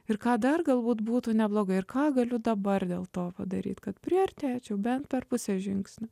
ir ką dar galbūt būtų neblogai ir ką galiu dabar dėl to padaryti kad priartėčiau bent per pusę žingsnio